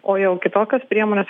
o jau kitokios priemonės